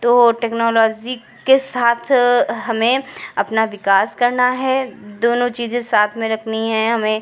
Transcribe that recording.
तो टेक्नोलॉज़ी के साथ हमें अपना विकास करना है दोनों चीज़ें साथ में रखनी है हमें